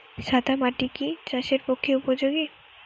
সাদা মাটি কি চাষের পক্ষে উপযোগী?